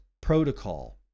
protocol